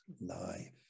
life